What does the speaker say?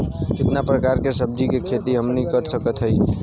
कितना प्रकार के सब्जी के खेती हमनी कर सकत हई?